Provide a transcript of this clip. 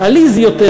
עליז יותר,